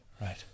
Right